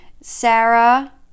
Sarah